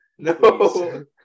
No